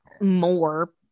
more